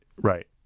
Right